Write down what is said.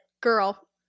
girl